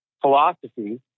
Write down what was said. philosophy